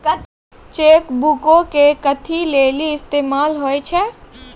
Cheque बुको के कथि लेली इस्तेमाल होय छै?